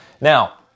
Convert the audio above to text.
Now